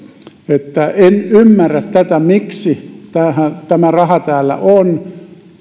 että en ymmärrä miksi täällä on tämä raha